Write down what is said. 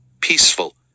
peaceful